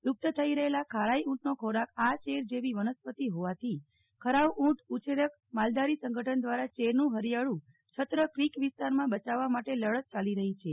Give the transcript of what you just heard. લુપ્ત થઈ રહેલા ખારાઈ ઊટ નો ખોરાક આ ચેર જેવી વનસ્પતિ હોવાથી ખરાઈ ઊટ ઉછેરક માલધારી સંગઠન દ્વારા ચેર નું હરિથાળું છત્ર ક્રીક વિસ્તાર માં બચાવવા માટે લડત યાલી રહી છે